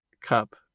cup